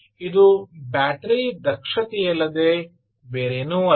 ಇದು ಬ್ಯಾಟರಿ ದಕ್ಷತೆಯಲ್ಲದೆ ಬೇರೇನೂ ಅಲ್ಲ